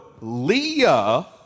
Leah